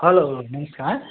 हलो नमस्कार